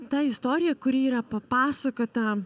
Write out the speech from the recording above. ta istorija kuri yra papasakota